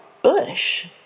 bush